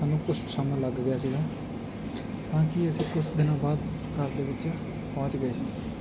ਸਾਨੂੰ ਕੁਛ ਕੁ ਸਮਾਂ ਲੱਗ ਗਿਆ ਸੀਗਾ ਤਾਂ ਕਿ ਅਸੀਂ ਕੁਛ ਦਿਨਾਂ ਬਾਅਦ ਘਰ ਦੇ ਵਿੱਚ ਪਹੁੰਚ ਗਏ ਸੀ